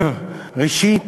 ראשית,